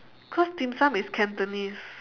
cause dim-sum is cantonese